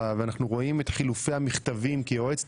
ואנחנו רואים את חילופי המכתבים כיועצת